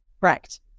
Right